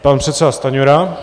Pan předseda Stanjura.